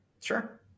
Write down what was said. Sure